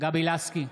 גבי לסקי,